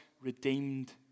redeemed